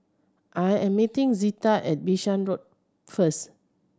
I am meeting Zita at Bishan Road first